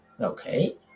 okay